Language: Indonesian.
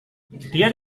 dia